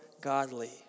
godly